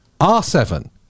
r7